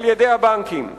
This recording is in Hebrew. על-ידי הבנקים.